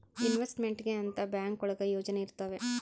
investment ಗೆ ಅಂತ bank ಒಳಗ ಯೋಜನೆ ಇರ್ತವೆ